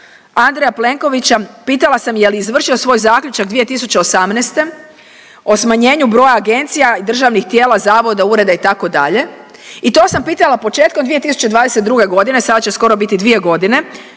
Andreja Plenkovića pitala sam je li izvršio svoj zaključak 2018. o smanjenju broja agencija, državnih tijela, zavoda, ureda, itd. i to sam pitala početkom 2022., sada će skoro biti 2 godine